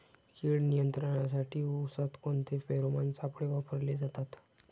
कीड नियंत्रणासाठी उसात कोणते फेरोमोन सापळे वापरले जातात?